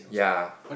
ya